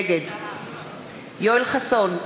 נגד יואל חסון,